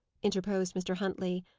interposed mr. huntley.